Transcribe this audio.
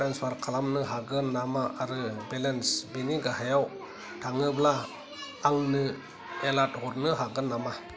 transfer खालामनो हागोन नामा आरो बेलेन्स बिनि गाहायाव थाङोब्ला आंनो एलार्ट हरनो हागोन नामा